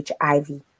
HIV